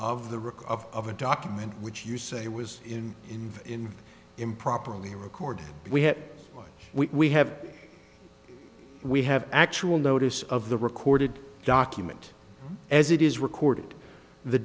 rick of of a document which you say was in in in improperly record we have we have we have actual notice of the recorded document as it is recorded the